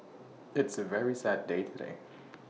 it's A very sad day today